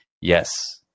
Yes